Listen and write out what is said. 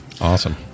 Awesome